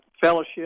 fellowship